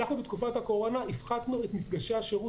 בתקופת הקורונה הפחתנו את מפגשי השירות